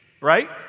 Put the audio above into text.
right